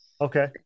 Okay